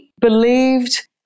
believed